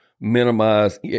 minimize